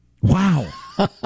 Wow